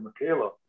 michaela